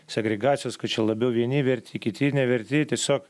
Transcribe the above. segregacijos kad čia labiau vieni verti kiti neverti tiesiog